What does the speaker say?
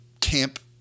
camp